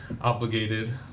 obligated